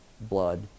blood